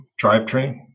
drivetrain